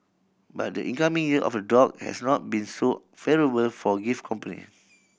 but the incoming Year of the Dog has not been so favourable for gift company